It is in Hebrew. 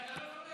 מי, אתה מפרנס?